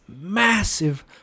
massive